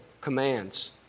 commands